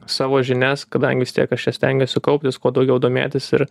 savo žinias kadangi vis tiek aš čia stengiuosi kauptis kuo daugiau domėtis ir